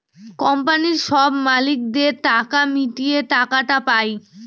কোম্পানির সব মালিকদের টাকা মিটিয়ে টাকাটা পায়